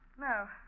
No